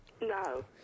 No